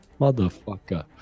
Motherfucker